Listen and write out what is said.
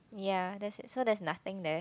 ya that's it so there's nothing there